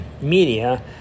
media